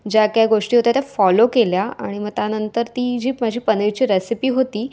ज्या काय गोष्टी होत्या त्या फॉलो केल्या आणि मग त्यानंतर ती जी माझी पनीरची रेसिपी होती